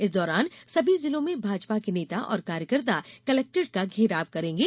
इस दौरान सभी जिलों में भाजपा के नेता और कार्यकर्ता कलेक्ट्रेट का घेराव करेंगे